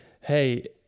hey